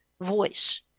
voice